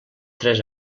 tres